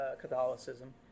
Catholicism